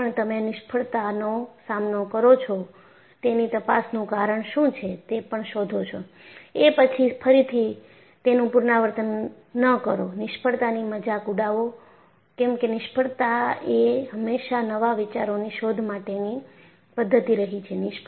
જ્યારે પણ તમે નિષ્ફળતાનો સામનો કરો છોતેની તપાસનું કારણ શું છે તે પણ શોધો છો એ પછી ફરીથી તેનું પુનરાવર્તન ન કરો નિષ્ફળતાની મજાક ઉડાવો કેમકે નિષ્ફળતાએ હંમેશા નવા વિચારોની શોધ માટેની પદ્ધતિ રહી છે